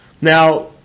Now